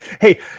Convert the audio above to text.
Hey